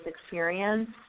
experience